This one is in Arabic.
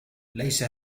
ليس